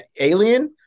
Alien